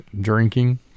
drinking